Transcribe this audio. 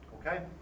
okay